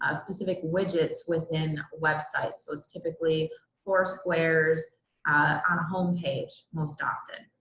ah specific widgets within websites. so it's typically four squares on a home page most often.